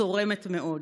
צורמת מאוד: